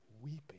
weeping